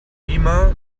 lima